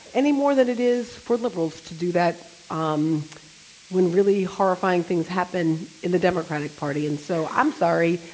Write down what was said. any more than it is for liberals to do that um when really horrifying things happen in the democratic party. and so, i'm sorry,